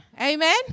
Amen